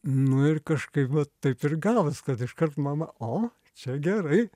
nu ir kažkaip va taip ir gavos kad iškart mama o čia gerai